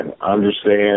Understand